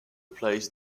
plays